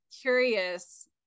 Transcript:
curious